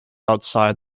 outside